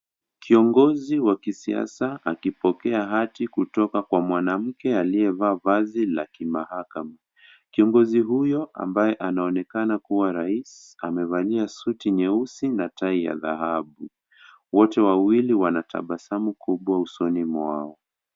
Kiongozi wa kisiasa akipokea hati kutoka kwa mwanamke aliyevaa vazi la kimahakama. Kiongozi huyo ambaye anaonekana kuwa rais amevalia suti nyeusi na tai ya dhahabu. Wote wawili wanatabasamu kubwa usoni mwao.